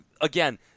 again